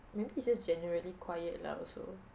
man it's just generally quiet lah also